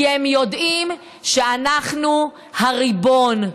כי הם יודעים שאנחנו הריבון.